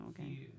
Okay